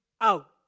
out